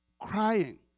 crying